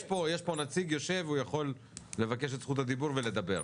יש פה נציג שיושב והוא יכול לבקש את זכות הדיבור ולדבר.